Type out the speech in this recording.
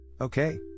Okay